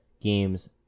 games